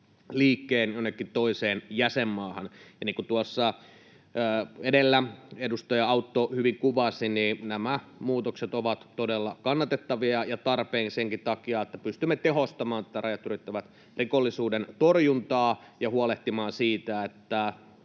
liikkeen jonnekin toiseen jäsenmaahan. Niin kuin tuossa edellä edustaja Autto hyvin kuvasi, nämä muutokset ovat todella kannatettavia ja tarpeen senkin takia, että pystymme tehostamaan tätä rajat ylittävät rikollisuuden torjuntaa ja huolehtimaan siitä, että